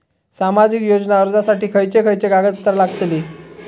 सामाजिक योजना अर्जासाठी खयचे खयचे कागदपत्रा लागतली?